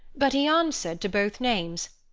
but he answered to both names.